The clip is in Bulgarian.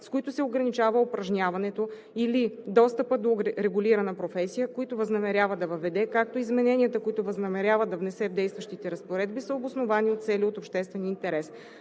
с които се ограничава упражняването или достъпът до регулирана професия, които възнамерява да въведе, както и измененията, които възнамерява да внесе в действащите разпоредби, са обосновани от цели от обществен интерес.